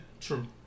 True